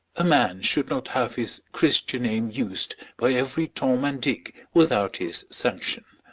a man should not have his christian name used by every tom and dick without his sanction.